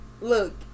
look